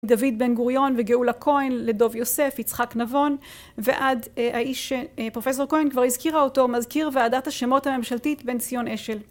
דוד בן גוריון וגאולה כהן לדוב יוסף יצחק נבון ועד האיש שפרופסור כהן כבר הזכירה אותו מזכיר ועדת השמות הממשלתית בן ציון אשל